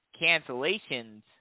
cancellations